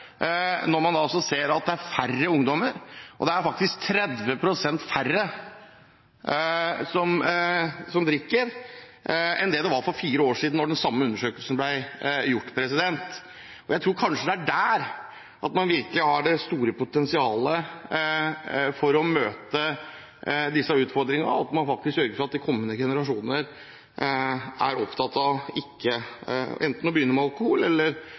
ser at det er færre ungdommer – faktisk 30 pst. færre – som drikker nå enn det var for fire år siden da en tilsvarende undersøkelse ble gjort. Jeg tror det er der man virkelig har det store potensialet for å møte disse utfordringene, at man sørger for at de kommende generasjoner er opptatt av ikke å begynne med alkohol eller